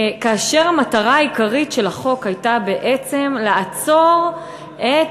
כאשר המטרה העיקרית של החוק הייתה בעצם לעצור את